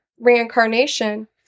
reincarnation